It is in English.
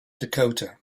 dakota